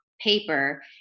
paper